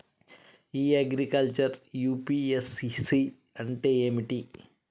ఇ agriculture UPSC అంటే ఏమిటి?